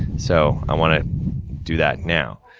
so, i wanna do that now.